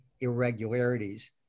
irregularities